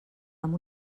amb